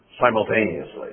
simultaneously